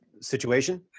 situation